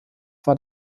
war